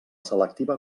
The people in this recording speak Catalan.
selectiva